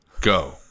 Go